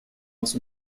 aus